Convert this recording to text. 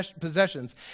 possessions